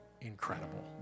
incredible